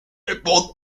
upon